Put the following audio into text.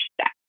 step